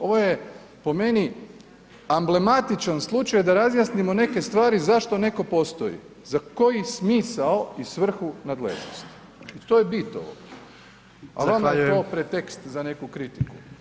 Ovo je po meni amblematičan slučaj da razjasnimo neke stvari zašto neko postoji, za koji smisao i svrhu nadležnosti i to je bit ovoga [[Upadica predsjednika: Zahvaljujem.]] , a vama je to … tekst za neku kritiku.